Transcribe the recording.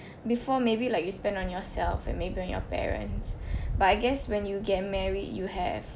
before maybe like you spend on yourself and maybe on your parents but I guess when you get married you have